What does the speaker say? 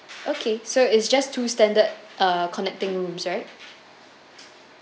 okay so it's just two standard uh connecting rooms right